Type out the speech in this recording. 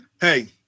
Hey